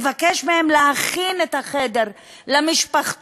מבקש מהן להכין את החדר למשפחתון,